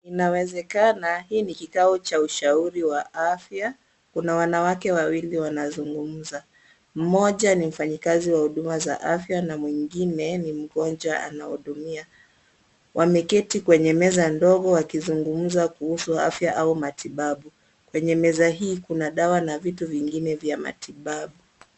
Inawezekana, hii ni kikao cha ushauri wa afya, kuna wanawake wawili wanazungumza. Mmoja ni mfanyikazi wa huduma za afya na mwingine ni mgonjwa anahudumia. Wameketi kwenye meza ndogo wakizungumza kuhusu afya au matibabu. Penye meza hii, kuna dawa na vitu vingine vya matibabu.